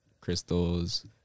crystals